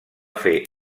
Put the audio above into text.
fer